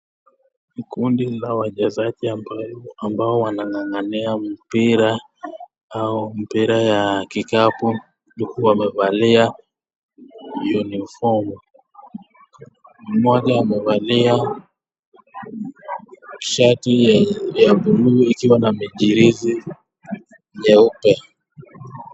Ni kundi la wachezaji ambao wanang'ang'ania mpira au mpira ya kikapu huku wamevaa [ cs]uniform . Mmoja amevalia shati ya buluu ikiwa na mijirizi nyeupe.